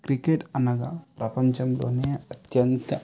cricket అనగా ప్రపంచంలోనే అత్యంత